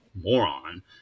moron